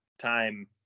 time